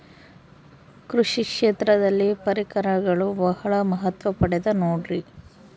ಕೃಷಿ ಕ್ಷೇತ್ರದಲ್ಲಿ ಪರಿಕರಗಳು ಬಹಳ ಮಹತ್ವ ಪಡೆದ ನೋಡ್ರಿ?